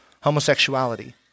homosexuality